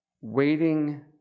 waiting